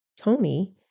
Tony